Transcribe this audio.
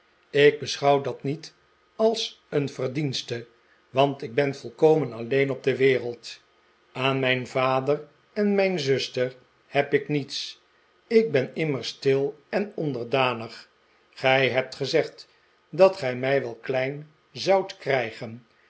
ik beschouw dat niet als een verdienste want ik ben volkomen alleen op de wereld aan mijn vader en mijn zuster heb ik niets ik ben immers stil en onderdanig gij hebt gezegd dat gij mij wel klein zoudt krijgen